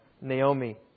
Naomi